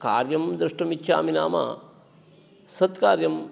कार्यं द्रष्टुमिच्छामि नाम सत्कार्यं